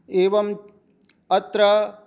एवम् अत्र